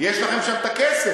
יש לכם שם כסף.